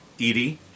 Edie